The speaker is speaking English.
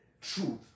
truth